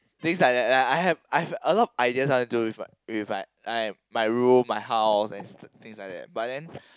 things like that I have I have a lot of ideas I want to do with like with like I'm my room my house things like that but then